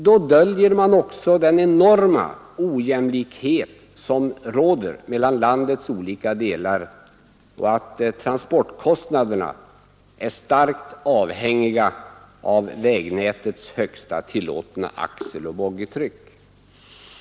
Då döljer man också den enorma ojämlikhet som råder mellan landets olika delar och att transportkostnaderna är starkt avhängiga av vägnätets högsta tillåtna axeloch boggitryck.